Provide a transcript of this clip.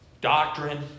doctrine